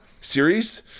series